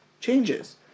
changes